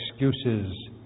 excuses